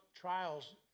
trials